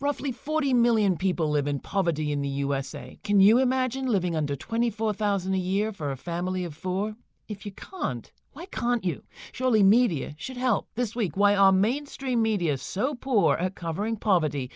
roughly forty million people live in poverty in the usa can you imagine living under twenty four thousand a year for a family of four if you conned why can't you surely media should help this week why our mainstream media is so poor at covering poverty